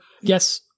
yes